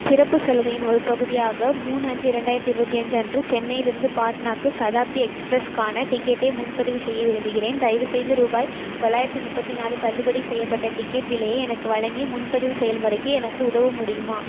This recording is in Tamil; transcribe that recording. சிறப்புச் சலுகையின் ஒரு பகுதியாக மூணு அஞ்சு ரெண்டாயிரத்தி இருபத்தி அஞ்சு அன்று சென்னையிலிருந்து பாட்னாவுக்கு சதாப்தி எக்ஸ்பிரஸ் க்கான டிக்கெட்டை முன்பதிவு செய்ய விரும்புகிறேன் தயவு செய்து ரூபாய் தொள்ளாயிரத்தி முப்பத்தி நாலு தள்ளுபடி செய்யப்பட்ட டிக்கெட் விலையை எனக்கு வழங்கி முன்பதிவு செயல்முறைக்கு எனக்கு உதவ முடியுமா